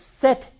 set